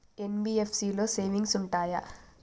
NBFC లో savings ఉంటయా?